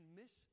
miss